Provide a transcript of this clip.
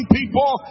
people